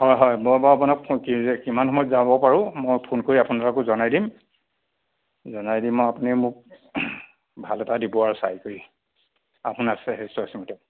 হয় হয় মই বাৰু আপোনাক কিমান সময়ত যাব পাৰোঁ মই ফোন কৰি আপোনালোকক জনাই দিম জনাই দিম আৰু আপুনি মোক ভাল এটা দিব আৰু চাই কৰি আপোনাৰ চইচ মতে